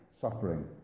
suffering